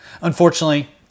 Unfortunately